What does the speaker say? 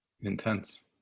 intense